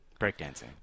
breakdancing